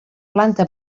planta